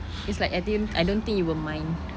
it's like I think I don't think you will mind